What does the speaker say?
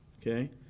okay